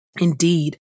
Indeed